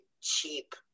cheap